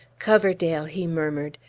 coverdale, he murmured,